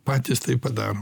patys tai padaro